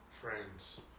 friends